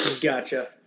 Gotcha